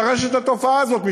לשרש את התופעה הזאת.